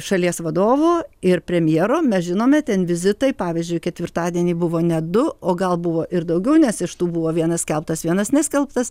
šalies vadovo ir premjero mes žinome ten vizitai pavyzdžiui ketvirtadienį buvo net du o gal buvo ir daugiau nes iš tų buvo vienas skelbtas vienas neskelbtas